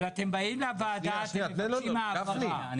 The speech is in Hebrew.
אבל אתם באים לוועדה ומבקשים העברה.